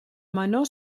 menor